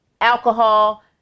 alcohol